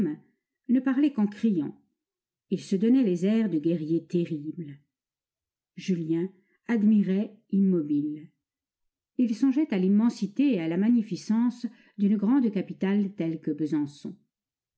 ne parlaient qu'en criant ils se donnaient les airs de guerriers terribles julien admirait immobile il songeait à l'immensité et à la magnificence d'une grande capitale telle que besançon